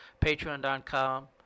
Patreon.com